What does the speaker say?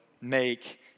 make